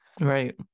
Right